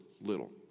little